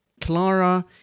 Clara